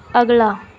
ਅਗਲਾ